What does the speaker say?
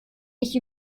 ich